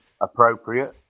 appropriate